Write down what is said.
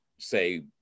say